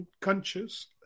conscious